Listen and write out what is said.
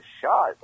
shot